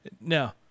No